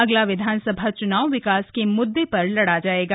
अगला विधानसभा च्नाव विकास के मुद्दे पर लड़ा जाएगा